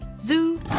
zoo